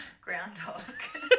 groundhog